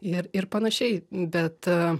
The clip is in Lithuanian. ir ir panašiai bet